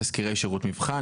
תסקירי שירות מבחן,